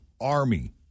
army